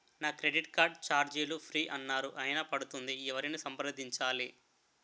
నా credit card ఛార్జీలు free అన్నారు అయినా పడుతుంది ఎవరిని సంప్రదించాలి?